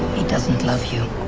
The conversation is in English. he doesn't love you